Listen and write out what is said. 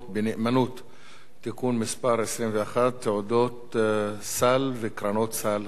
בנאמנות (תיקון מס' 21) (תעודות סל וקרנות סל),